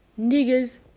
niggers